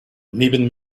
neben